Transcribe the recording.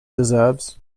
deserves